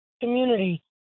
community